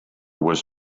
was